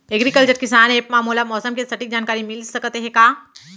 Agriculture किसान app मा मोला मौसम के सटीक जानकारी मिलिस सकत हे का?